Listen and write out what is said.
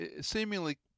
seemingly